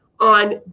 on